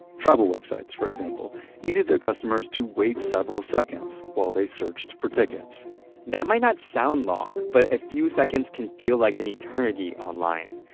travel websites, for example, needed their customers to wait several seconds while they searched for tickets that might not sound long, but a few seconds can feel like an eternity online.